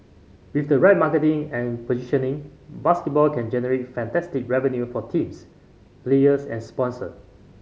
with the right marketing and positioning basketball can generate fantastic revenue for teams players and sponsor